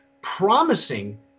promising